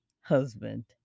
husband